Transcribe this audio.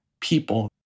people